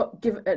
Give